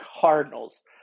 Cardinals